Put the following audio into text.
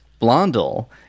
Blondel